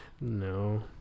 No